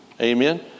Amen